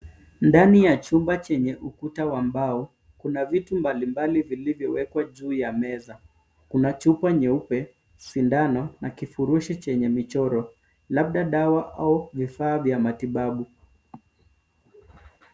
Ndani ya chumba chenye ukuta wa mbao kuna vitu mbalimbali vilivyowekwa juu ya meza. Kuna chupa nyeupe, sindano na kifurushi chenye michoro labda dawa au vifaa vya matibabu.